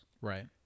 Right